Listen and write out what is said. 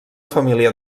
família